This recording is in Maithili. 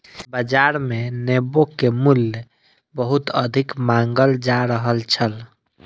बाजार मे नेबो के मूल्य बहुत अधिक मांगल जा रहल छल